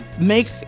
make